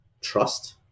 trust